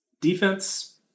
Defense